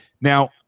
Now